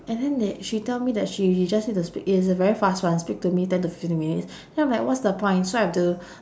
and then they she tell me that she just need to speak it's a very fast one speak to me ten to fifteen minutes then I'm like what's the point so I have to